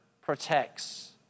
protects